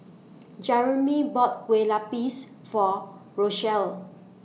Jeremey bought Kue Lupis For Rochelle